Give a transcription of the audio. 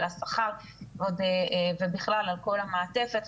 על השכר ובכלל על כל המעטפת,